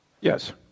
Yes